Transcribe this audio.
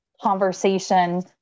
conversation